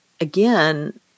again